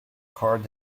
cord